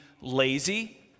lazy